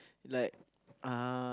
like uh